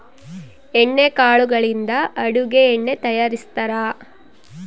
ಎಣ್ಣೆ ಕಾಳುಗಳಿಂದ ಅಡುಗೆ ಎಣ್ಣೆ ತಯಾರಿಸ್ತಾರಾ